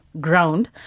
ground